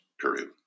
period